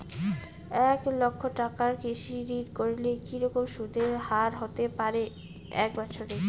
এক লক্ষ টাকার কৃষি ঋণ করলে কি রকম সুদের হারহতে পারে এক বৎসরে?